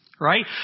Right